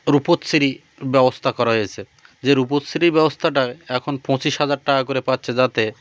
রূপশ্রী ব্যবস্থা করা হয়েছে যে রূপশ্রী ব্যবস্থাটা এখন পঁচিশ হাজার টাকা করে পাচ্ছে যাতে